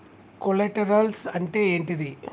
Collaterals అంటే ఏంటిది?